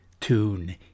tune